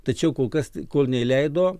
tačiau kol kas kol neįleido